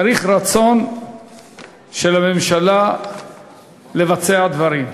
צריך רצון של הממשלה לבצע דברים.